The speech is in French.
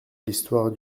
l’histoire